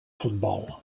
futbol